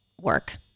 work